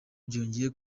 ryongeye